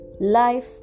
life